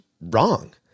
wrong